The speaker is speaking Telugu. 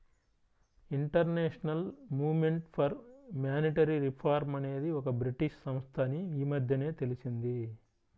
international movement for monetary reform అనేది ఒక బ్రిటీష్ సంస్థ అని ఈ మధ్యనే తెలిసింది